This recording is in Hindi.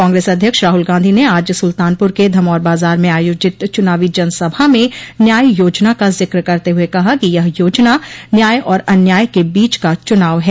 कांग्रेस अध्यक्ष राहुल गांधी ने आज सुल्तानपुर के धमौर बाजार में आयोजित चुनावी जनसभा में न्याय योजना का जिक्र करते हुए कहा कि यह योजना न्याय और अन्याय के बीच का चुनाव है